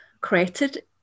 created